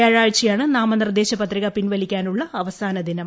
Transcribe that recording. വ്യാഴാഴ്ചയാണ് നാമനിർദ്ദേശ പത്രികൃ പിൻവലിക്കാനുള്ള അവസാന ദിനം